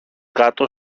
κάτω